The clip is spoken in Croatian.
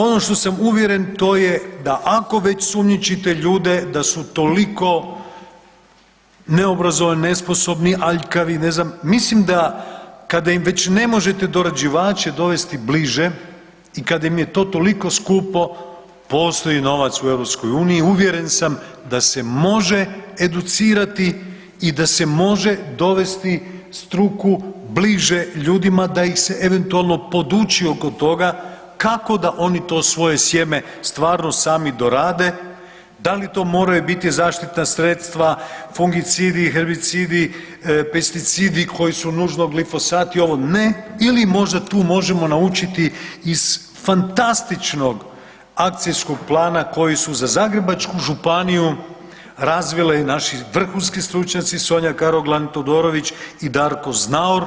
Ono što sam uvjeren, to je da ako već sumnjičite ljude da su toliko neobrazovani, nesposobni, aljkavi, ne znam, mislim da, kada im već ne možete dorađivače dovesti bliže i kad im je to toliko skupo, postoji novac u EU, uvjeren sam da se može educirati i da se može dovesti struku bliže ljudima, da ih se eventualno poduči oko toga kako da oni to svoje sjeme stvarno sami dorade, da li to moraju biti zaštitna sredstva, fungicidi, herbicidi, pesticidi, koji su nužno glifosati, ovo ne, ili možda tu možemo naučiti iz fantastičnog akcijskog plana koji su za zagrebačku županiju razvili naši vrhunski stručnjaci Sonja Karoglan Todorović i Darko Znaor,